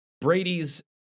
Brady's